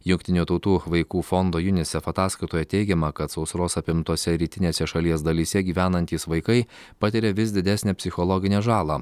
jungtinių tautų vaikų fondo junisef ataskaitoje teigiama kad sausros apimtose rytinėsese šalies dalyse gyvenantys vaikai patiria vis didesnę psichologinę žalą